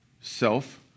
self